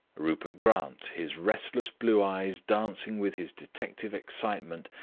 rupert grant, his restless blue eyes dancing with his detective excitement,